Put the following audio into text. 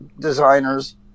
designers